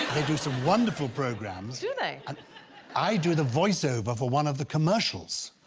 they do some wonderful programs do they i do the voice-over for one of the commercials.